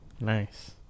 Nice